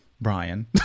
Brian